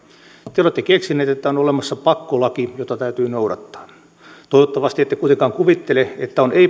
te te olette keksineet että on olemassa pakkolaki jota täytyy noudattaa toivottavasti ette kuitenkaan kuvittele että on